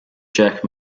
jack